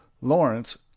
lawrence